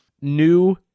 new